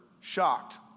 shocked